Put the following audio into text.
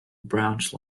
branch